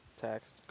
Text